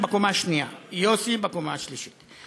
יוחנן בקומה השנייה, יוסי בקומה השלישית.